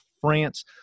France